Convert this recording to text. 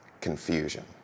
confusion